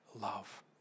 love